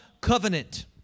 covenant